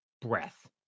breath